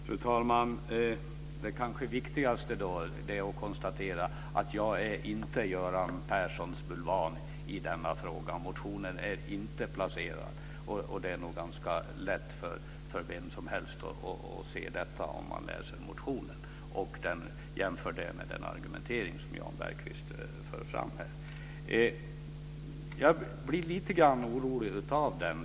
Fru talman! Det kanske viktigaste är att konstatera att jag inte är Göran Perssons bulvan i denna fråga. Motionen är inte placerad. Det är nog ganska lätt för vem som helst att se detta om man läser motionen och jämför den med den argumentering som Jan Bergqvist för fram här. Jag blir lite grann orolig av den.